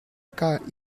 kah